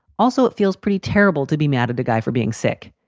also, it feels pretty terrible to be mad at the guy for being sick.